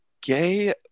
gay